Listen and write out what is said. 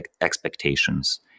expectations